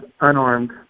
unarmed